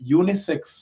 unisex